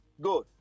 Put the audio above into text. Good